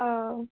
ਹਾਂ